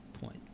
point